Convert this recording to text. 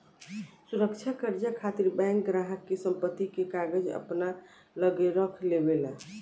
सुरक्षा कर्जा खातिर बैंक ग्राहक के संपत्ति के कागज अपना लगे रख लेवे ला